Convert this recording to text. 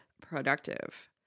productive